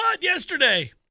yesterday